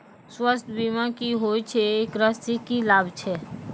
स्वास्थ्य बीमा की होय छै, एकरा से की लाभ छै?